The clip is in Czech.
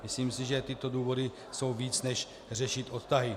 Myslím si, že tyto důvody jsou víc než řešit odtahy.